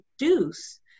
reduce